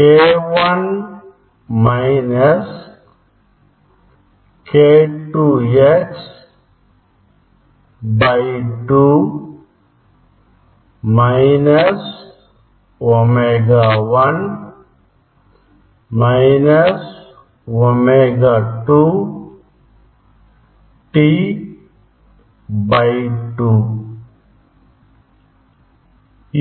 k 1 minus k 2 x by 2 minus omega 1 minus omega 2 t by 2